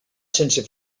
sense